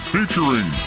featuring